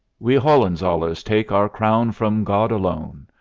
we hohenzollerns take our crown from god alone.